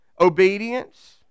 Obedience